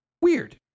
weird